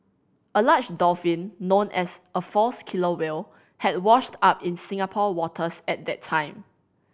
a large dolphin known as a false killer whale had washed up in Singapore waters at that time